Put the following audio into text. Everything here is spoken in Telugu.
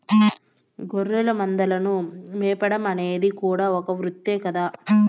గొర్రెల మందలను మేపడం అనేది కూడా ఒక వృత్తే కదా